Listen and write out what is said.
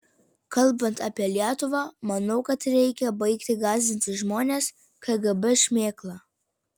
kalbant apie lietuvą manau kad reikia baigti gąsdinti žmones kgb šmėkla